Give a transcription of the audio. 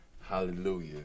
Hallelujah